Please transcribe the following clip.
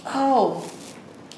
how